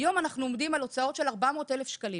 אבל היום אנחנו עומדים על הוצאות של 400 אלף שקלים